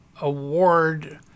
award